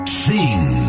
sing